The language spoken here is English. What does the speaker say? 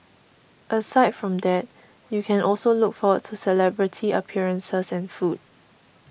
aside from that you can also look forward to celebrity appearances and food